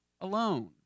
alone